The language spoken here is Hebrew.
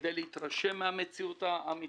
כדי להתרשם מן המציאות האמיתית.